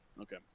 Okay